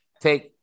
take